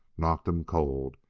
knocked em cold!